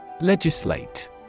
Legislate